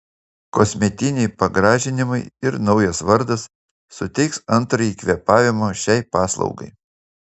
kosmetiniai pagražinimai ir naujas vardas suteiks antrąjį kvėpavimą šiai paslaugai